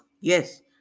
Yes